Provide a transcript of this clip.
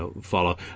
follow